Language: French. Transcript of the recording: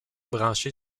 branché